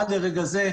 עד לרגע זה,